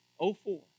04